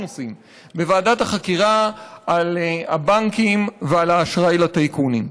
עושים בוועדת החקירה על הבנקים ועל האשראי לטייקונים.